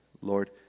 Lord